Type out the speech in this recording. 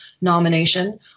nomination